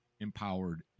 empowered